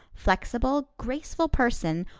flexible, graceful person,